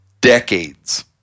decades